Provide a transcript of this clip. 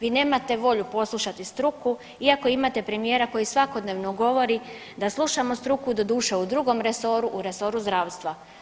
Vi nemate volju poslušati struku iako imate premijera koji svakodnevno govori da slušamo struku, doduše u drugom resoru, u resoru zdravstva.